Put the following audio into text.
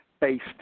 based